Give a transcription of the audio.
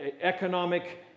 economic